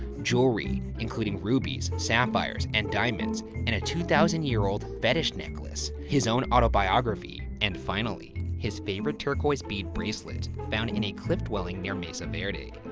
jewelry, including rubies, sapphires and diamonds, and a two thousand year old fetish necklace, his own autobiography, and finally, his favorite turquoise bead bracelet found in a cliff dwelling near mesa verde.